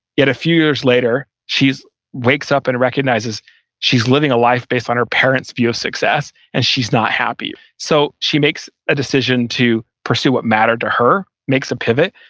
yet a few years later she wakes up and recognizes she's living a life based on her parents' view of success and she's not happy. so she makes a decision to pursue what mattered to her. makes a pivot.